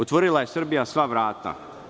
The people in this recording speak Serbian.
Otvorila je Srbija sva vrata.